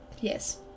Yes